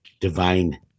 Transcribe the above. Divine